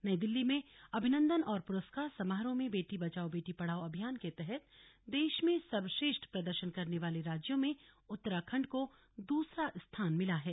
नई दिल्ली में अभिनंदन और पुरस्कार समारोह में बेटी बचाओ बेटी पढ़ाओ अभियान के तहत देश में सर्वश्रष्ठ प्रदर्शन करने वाले राज्यों में उत्तराखंड को दूसरा स्थान मिला है